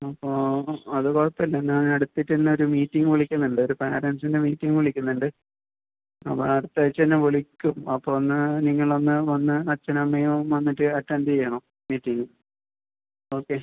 അപ്പോൾ അത് കുഴപ്പമില്ല എല്ലാം ഞാൻ അടുത്ത് തന്നെ ഒരു മീറ്റിംഗ് വിളിക്കുന്നുണ്ട് ഒരു പാരൻസിൻ്റെ മീറ്റിംഗ് വിളിക്കുന്നുണ്ട് നമ്മൾ അടുത്ത ആഴ്ച തന്നെ വിളിക്കും അപ്പോൾ ഒന്ന് നിങ്ങൾ ഒന്ന് വന്ന് അച്ഛനും അമ്മയും വന്നിട്ട് അറ്റൻഡ് ചെയ്യണം മീറ്റിംഗ് ഓക്കെ